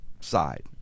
side